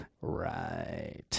right